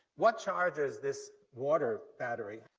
what charges this water battery?